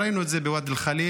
כבר ראינו את זה בוואדי אל-ח'ליל,